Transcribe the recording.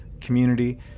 community